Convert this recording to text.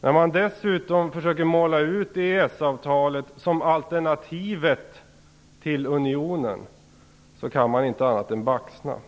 När man dessutom försöker måla ut EES avtalet som alternativet till unionen kan man inte annat än baxna.